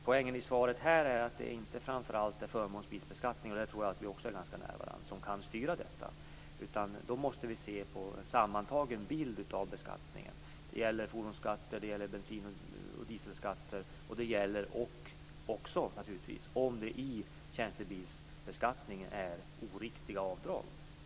Poängen i svaret är att det inte är framför allt förmånsbilsbeskattningen som kan styra detta. Jag tror att vi befinner oss nära varandra där. Då måste vi se på en sammantagen bild av beskattningen. Det gäller fordonsskatter, det gäller bensin och dieselskatter och om det i tjänstebilsbeskattningen finns oriktiga avdrag.